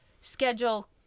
schedule